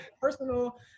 personal